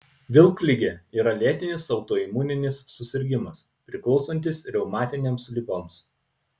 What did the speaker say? vilkligė yra lėtinis autoimuninis susirgimas priklausantis reumatinėms ligoms